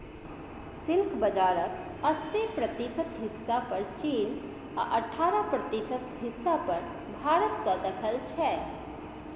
silk बजारक अस्सी प्रतिशत हिस्सा पर चीन आ अठारह प्रतिशत हिस्सा पर भारतक दखल छै